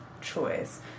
choice